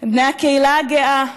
בני הקהילה הגאה,